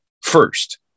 first